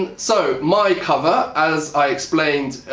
and so my cover, as i explained,